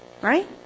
Right